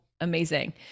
amazing